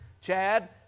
Chad